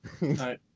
right